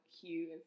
cute